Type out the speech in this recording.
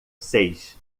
seis